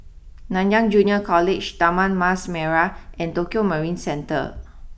Nanyang Junior College Taman Mas Merah and Tokio Marine Center